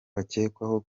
bakekwaho